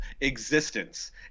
Existence